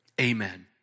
amen